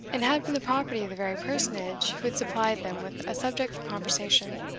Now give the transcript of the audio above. and had been the property of the very personage who had supplied them with a subject for conversation.